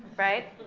right?